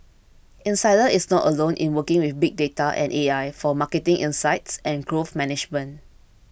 insider is not alone in working with big data and A I for marketing insights and growth management